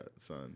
son